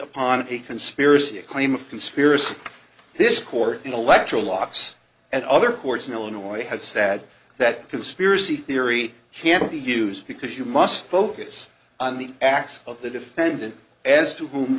upon a conspiracy a claim of conspiracy this court intellectual locks and other courts in illinois has said that conspiracy theory can't be used because you must focus on the acts of the defendant as to who